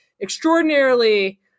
extraordinarily